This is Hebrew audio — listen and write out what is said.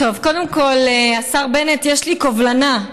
קודם כול, השר בנט, יש לי קובלנה.